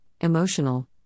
emotional